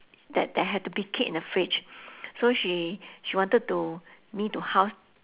that that had to be keep in the fridge so she she wanted to me to house